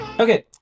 Okay